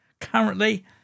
Currently